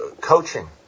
coaching